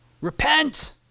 Repent